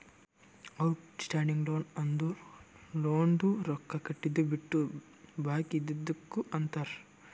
out standing loan ಅಂದುರ್ ಲೋನ್ದು ರೊಕ್ಕಾ ಕಟ್ಟಿದು ಬಿಟ್ಟು ಬಾಕಿ ಇದ್ದಿದುಕ್ ಅಂತಾರ್